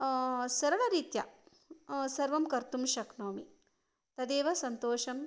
सरलरीत्या सर्वं कर्तुं शक्नोमि तदेव सन्तोषम्